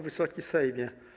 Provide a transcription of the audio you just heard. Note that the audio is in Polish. Wysoki Sejmie!